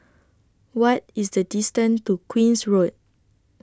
What IS The distance to Queen's Road